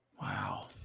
Wow